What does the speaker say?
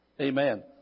Amen